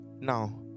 Now